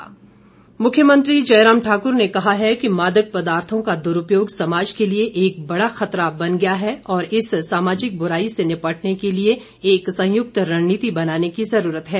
CM मुख्यमंत्री जयराम ठाकुर ने कहा है कि मादक पदार्थों का दुरूपयोग समाज के लिए एक बड़ा खतरा बन गया है और इस सामाजिक बुराई से निपटने के लिए एक संयुक्त रणनीति बनाने की जरूरत है